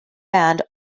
band